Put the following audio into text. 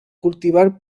cultivar